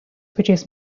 pačiais